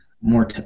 more